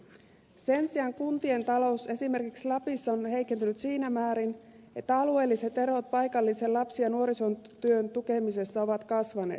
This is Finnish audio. sen sijaan kuntien talous esimerkiksi lapissa on heikentynyt siinä määrin että alueelliset erot paikallisen lapsi ja nuorisotyön tukemisessa ovat kasvaneet